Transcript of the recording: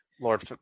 Lord